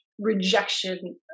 rejection